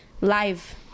Live